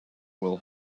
will